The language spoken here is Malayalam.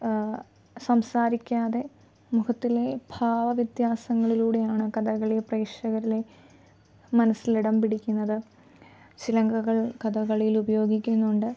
സംസാരിക്കാതെ മുഖത്തിലെ ഭാവവ്യതാസങ്ങളിലൂടെയാണ് കഥകളി പ്രേക്ഷകരിലെ മനസ്സിൽ ഇടം പിടിക്കുന്നത് ചിലങ്കകൾ കഥകളിയിൽ ഉപയോഗിക്കുന്നുണ്ട്